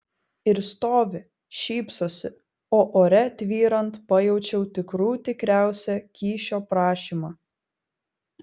ir stovi šypsosi o ore tvyrant pajaučiau tikrų tikriausią kyšio prašymą